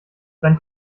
dann